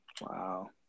Wow